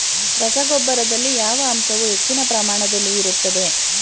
ರಸಗೊಬ್ಬರದಲ್ಲಿ ಯಾವ ಅಂಶವು ಹೆಚ್ಚಿನ ಪ್ರಮಾಣದಲ್ಲಿ ಇರುತ್ತದೆ?